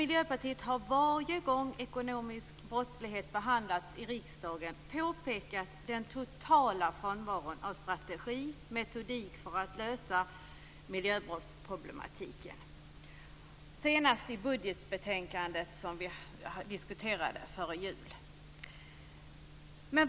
Miljöpartiet har varje gång som ekonomisk brottslighet har behandlats i riksdagen, senast i samband med budgetbetänkandet före jul, påpekat den totala frånvaron av strategi och metodik för att lösa miljöbrottsproblemen.